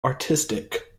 artistic